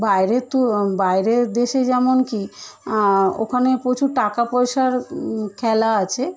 বাইরের ত বাইরের দেশে যেমন কি ওখানে প্রচুর টাকা পয়সার খেলা আছে